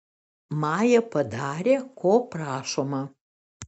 maja padarė ko prašoma